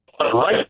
right